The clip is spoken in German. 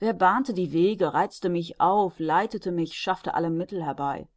wer bahnte die wege reizte mich auf leitete mich schaffte alle mittel herbei